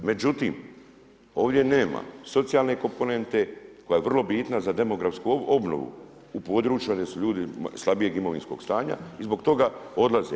Međutim, ovdje nema socijalne komponente koja je vrlo bitna za demografsku obnovu u području gdje su ljudi slabijeg imovinskog stanja i zbog toga odlaze.